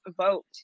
vote